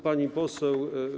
Pani Poseł!